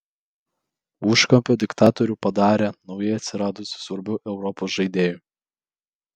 užkampio diktatorių padarė naujai atsiradusiu svarbiu europos žaidėju